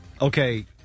Okay